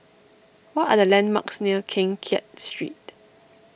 what are the landmarks near Keng Kiat Street